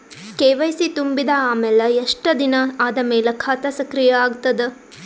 KYC ತುಂಬಿದ ಅಮೆಲ ಎಷ್ಟ ದಿನ ಆದ ಮೇಲ ಖಾತಾ ಸಕ್ರಿಯ ಅಗತದ?